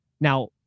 Now